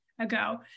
ago